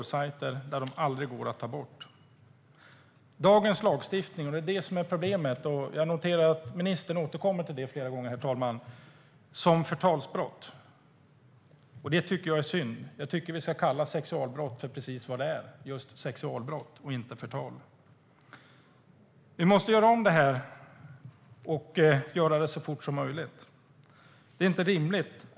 Problemet är att spridning av sådana filmer och bilder i dagens lagstiftning behandlas som förtalsbrott - jag noterar att ministern återkommer till det flera gånger - och det är synd. Jag tycker att vi ska kalla sexualbrott för vad det är, nämligen just sexualbrott och inte förtal. Vi måste göra om lagstiftningen, och det måste ske så fort som möjligt.